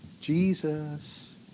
Jesus